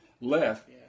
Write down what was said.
left